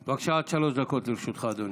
בבקשה, עד שלוש דקות לרשותך, אדוני.